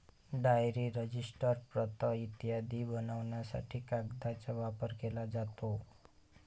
diary, register, प्रत इत्यादी बनवण्यासाठी कागदाचा वापर केला जातो